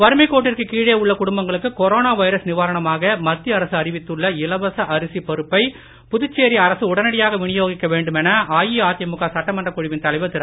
வறுமைக் கோட்டிற்குக் கீழே உள்ள குடும்பங்களுக்கு கொரோனா வைரஸ் நிவாரணமாக மத்திய அரசு அறிவித்துள்ள இலவச அரசி பருப்பை புதுச்சேரி அரசு உடனடியாக வினியோகிக்க வேண்டுமென அஇஅதிமுக சட்டமன்றக் குழுவின் தலைவர் திரு